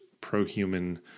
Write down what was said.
pro-human